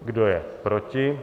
Kdo je proti?